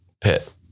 pit